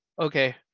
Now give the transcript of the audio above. okay